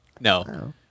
no